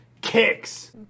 kicks